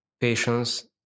patience